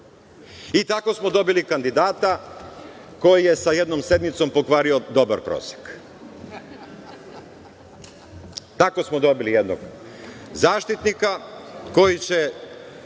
Tako smo dobili kandidata koji je sa jednom sedmicom pokvario dobar prosek. Tako smo dobili jednog Zaštitnika koji će